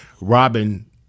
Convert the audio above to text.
Robin